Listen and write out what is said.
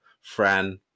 Fran